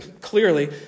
Clearly